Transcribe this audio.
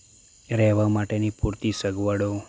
રહેવા માટેની પૂરતી સગવડો